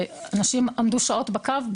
אנשים עמדו שעות בקו,